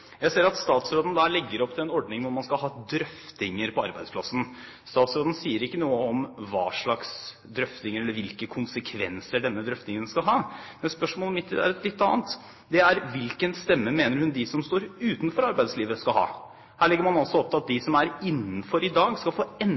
Jeg ser at statsråden legger opp til en ordning der man skal ha drøftinger på arbeidsplassen. Statsråden sier ikke noe om hva slags drøftinger eller hvilke konsekvenser denne drøftingen skal ha. Spørsmålet mitt er et litt annet. Det er: Hvilken stemme mener hun de som står utenfor arbeidslivet, skal ha? Her legger man altså opp til at de som er innenfor i dag, skal få